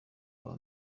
uwa